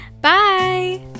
bye